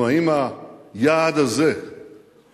נו, האם היעד הזה הושג?